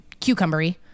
cucumbery